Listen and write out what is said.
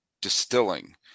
distilling